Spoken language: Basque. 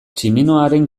tximinoaren